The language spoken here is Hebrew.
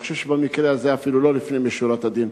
אני חושב שבמקרה הזה אפילו לא לפנים משורת הדין.